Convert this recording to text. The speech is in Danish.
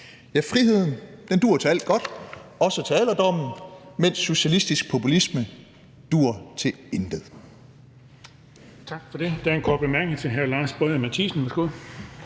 vis. Friheden duer til alt godt, også til alderdommen, mens socialistisk populisme duer til intet.